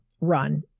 run